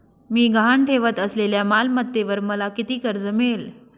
मी गहाण ठेवत असलेल्या मालमत्तेवर मला किती कर्ज मिळेल?